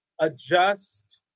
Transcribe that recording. adjust